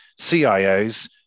CIOs